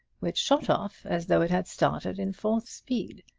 which shot off as though it had started in fourth speed.